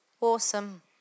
Awesome